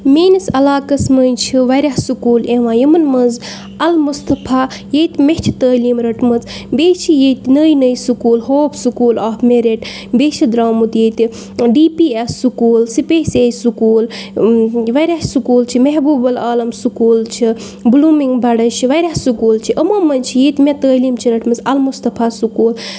میٛٲنِس علاقَس منٛز چھِ واریاہ سکوٗل یِوان یِمَن منٛز اَلمُصطفیٰ ییٚتہِ مےٚ چھِ تعلیٖم رٔٹمٕژ بیٚیہِ چھِ ییٚتہِ نٔے نٔے school hope school of merit بیٚیہِ چھِ درٛامُت ییٚتہِ D P S school space age school واریاہ سکوٗل چھِ محبوب العالم سکوٗل چھِ بٕلوٗمِنٛگ بَڑٕز چھِ واریاہ سکوٗل چھِ یِمو منٛز چھِ ییٚتہِ مےٚ تعلیٖم چھِ رٔٹمٕژ المُصطفیٰ سکوٗل